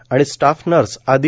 ओ आणि staff nurse आदी